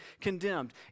condemned